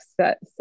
set